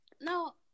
now